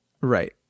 right